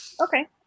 Okay